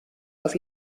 auf